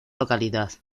localidad